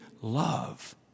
love